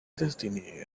destiny